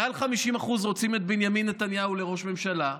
מעל 50% רוצים את בנימין נתניהו לראש ממשלה,